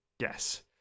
Yes